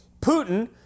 Putin